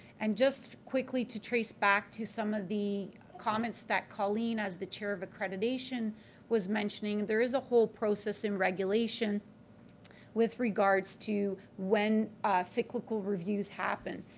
and just quickly to trace back to some of the comments that colleen as the chair of accreditation was mentioning, there is a whole process in regulation with regards regards to when cyclical reviews happen.